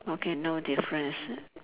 okay no difference